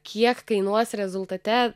kiek kainuos rezultate